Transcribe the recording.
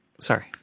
Sorry